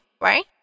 right